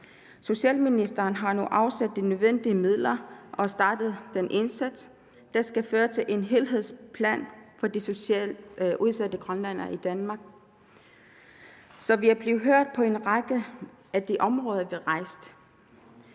Socialministeren har nu afsat de nødvendige midler og startet den indsats, der skal føre til en helhedsplan for de socialt udsatte grønlændere i Danmark. Så vi er blevet hørt på en række af de områder, vi rejste